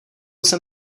jsem